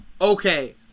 Okay